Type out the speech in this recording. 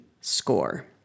score